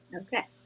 okay